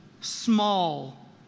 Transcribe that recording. small